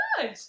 Good